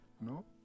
No